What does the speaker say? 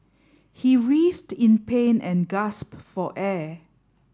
he writhed in pain and gasped for air